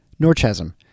Norchasm